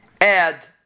add